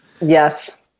Yes